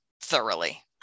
thoroughly